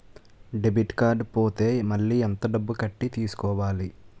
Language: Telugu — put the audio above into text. డెబిట్ కార్డ్ పోతే మళ్ళీ ఎంత డబ్బు కట్టి తీసుకోవాలి?